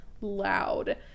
loud